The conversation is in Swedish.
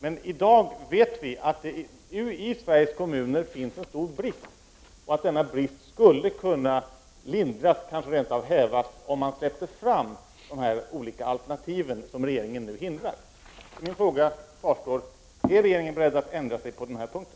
Men i dag vet vi att det i Sveriges kommuner finns en stor brist och att denna brist skulle kunna lindras, kanske rent av hävas, om man släppte fram de olika alternativ som regeringen nu hindrar. Min fråga kvarstår: Är regeringen beredd att ändra sig på den här punkten?